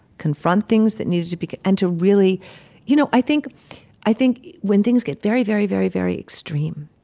confront things that needed to be, and to really you know, i think i think when things get very, very, very, very extreme,